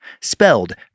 Spelled